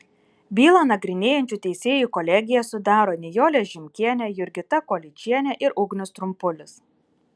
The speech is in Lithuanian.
bylą nagrinėjančią teisėjų kolegiją sudaro nijolė žimkienė jurgita kolyčienė ir ugnius trumpulis